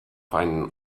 ein